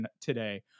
today